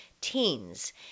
teens